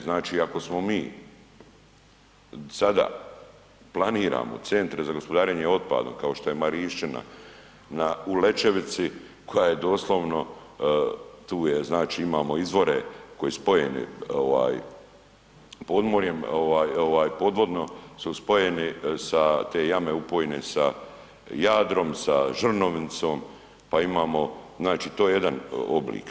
Znači ako smo mi sada planiramo centre na gospodarenje otpadom kao što je Marišćina u Lećevici koja je doslovno tu je znači imamo izvore koji spojene ovaj podmorjem, ovaj podvodno su spojene sa, te jame upojne sa Jadrom, sa Žrnovnicom, pa imamo znači to je jedan oblik.